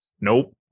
Nope